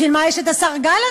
בשביל מה יש השר גלנט,